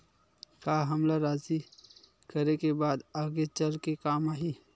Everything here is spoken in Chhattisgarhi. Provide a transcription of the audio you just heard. का हमला राशि करे के बाद आगे चल के काम आही?